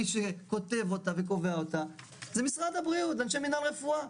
מי שכותב אותה וקובע אותה זה משרד הבריאות ואנשי מנהל רפואה.